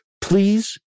please